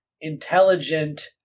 intelligent